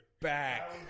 back